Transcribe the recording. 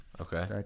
okay